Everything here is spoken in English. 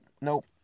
nope